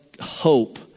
hope